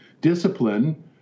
Discipline